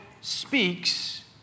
speaks